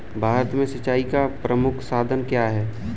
भारत में सिंचाई का प्रमुख साधन क्या है?